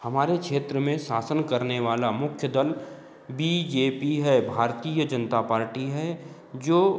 हमारे क्षेत्र में शासन करने वाला मुख्य दल बी जे पी है भारतीय जनता पार्टी है जो